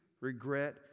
regret